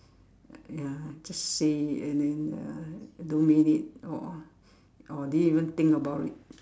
ya just say and then uh don't mean it or or didn't even think about it